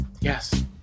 yes